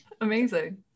Amazing